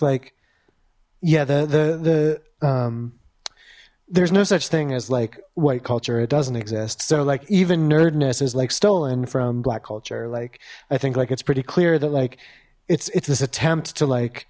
like yeah the the the there's no such thing as like white culture it doesn't exist so like even nerdness is like stolen from black culture like i think like it's pretty clear that like it's it's this attempt to like